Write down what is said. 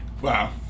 Wow